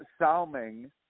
Salming